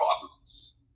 problems